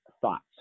thoughts